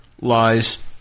lies